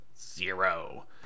zero